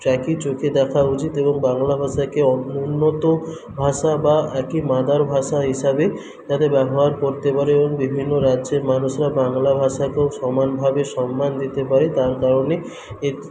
একই চোখে দেখা উচিত এবং বাংলা ভাষাকে অনুন্নত ভাষা বা একই মাদার ভাষা হিসাবে যাতে ব্যাবহার করতে পারে এবং বিভিন্ন রাজ্যের মানুষরা বাংলা ভাষাকেও সমানভাবে সন্মান দিতে পারে তার কারনই এ